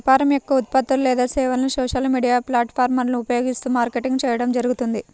వ్యాపారం యొక్క ఉత్పత్తులు లేదా సేవలను సోషల్ మీడియా ప్లాట్ఫారమ్లను ఉపయోగిస్తూ మార్కెటింగ్ చేయడం జరుగుతుంది